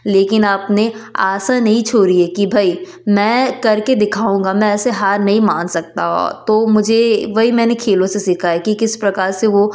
लेकिन आपने आशा नहीं छोड़ी है कि भई मैं कर के दिखाऊँगा मैं ऐसे हार नहीं मान सकता और तो मुझे वही मैंने खेलों से सीखा है कि किस प्रकार से वो